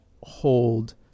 hold